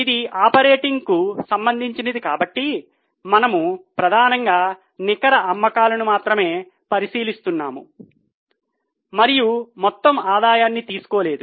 ఇది ఆపరేటింగ్కు సంబంధించినది కాబట్టి మనము ప్రధానంగా నికర అమ్మకాలను మాత్రమే పరిశీలిస్తున్నాము మరియు మొత్తం ఆదాయాన్ని తీసుకోలేదు